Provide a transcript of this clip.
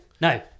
no